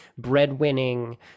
breadwinning